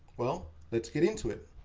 well, let's get into it.